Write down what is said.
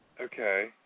okay